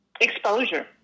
exposure